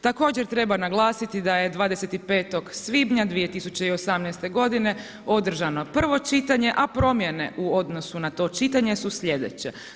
Također treba naglasiti da je 25. svibnja 2018. g. održano prvo čitanje a promjene u odnosu na to čitanje su slijedeće.